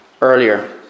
earlier